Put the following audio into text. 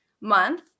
month